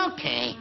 Okay